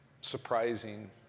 surprising